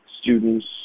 students